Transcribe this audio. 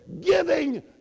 giving